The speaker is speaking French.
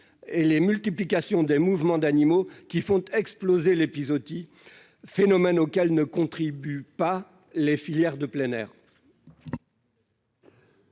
et les multiplications des mouvements d'animaux qui font exploser l'épizootie phénomène auquel ne contribue pas les filières de plein air.